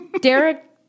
Derek